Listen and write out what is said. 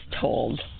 told